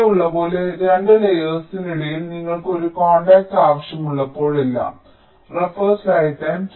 ഇവിടെയുള്ളതുപോലെ 2 ലേയേർസിനിടയിൽ നിങ്ങൾക്ക് ഒരു കോൺടാക്റ്റ് ആവശ്യമുള്ളപ്പോഴെല്ലാം